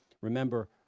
Remember